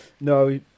No